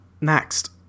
Next